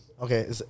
okay